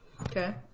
Okay